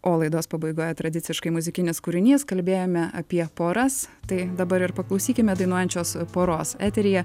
o laidos pabaigoje tradiciškai muzikinis kūrinys kalbėjome apie poras tai dabar ir paklausykime dainuojančios poros eteryje